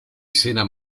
cena